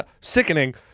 sickening